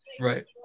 right